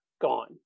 Gone